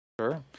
Sure